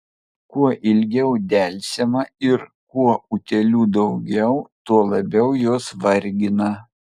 kuo ilgiau delsiama ir kuo utėlių daugiau tuo labiau jos vargina